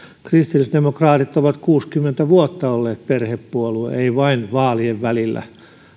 kristillisdemokraatit ovat kuusikymmentä vuotta olleet perhepuolue ei vain vaalien välillä